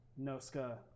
Noska